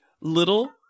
little